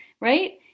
right